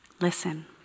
listen